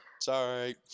sorry